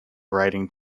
writing